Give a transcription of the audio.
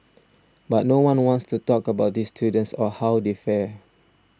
but no one wants to talk about these students or how they fare